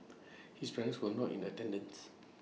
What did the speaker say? his parents were not in attendance